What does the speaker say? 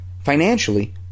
Financially